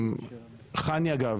חנ"י, אגב,